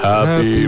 Happy